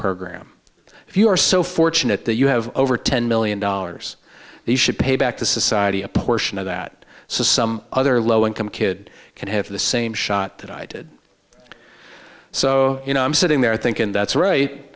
program if you are so fortunate that you have over ten million dollars you should pay back to society a portion of that so some other low income kid can have the same shot that i did so you know i'm sitting there thinking that's right